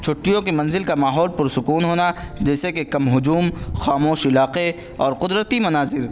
چھٹیوں کے منزل کا ماحول پرسکون ہونا جیسے کہ کم ہجوم خاموش علاقے اور قدرتی مناظر